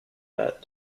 that